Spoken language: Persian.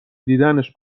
دیدنش